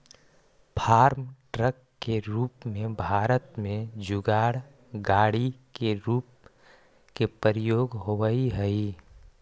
farm truck के रूप में भारत में जुगाड़ गाड़ि के भी प्रयोग होवऽ हई